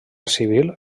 civil